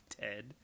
Ted